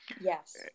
Yes